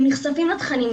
הם נחשפים לתכנים,